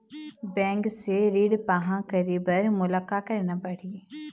Bank से ऋण पाहां करे बर मोला का करना पड़ही?